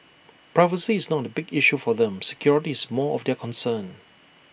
privacy is not A big issue for them security is more of their concern